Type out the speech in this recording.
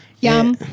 Yum